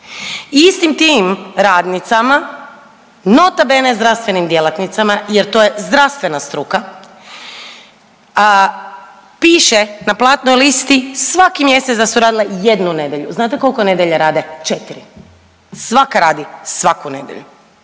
Istim tim radnicima nota bene zdravstvenim djelatnicama jer to je zdravstvena struka piše na platnoj listi da su radile jednu nedjelju. Znate koliko nedjelja rade? Četiri. Svaka radi svaku nedjelu,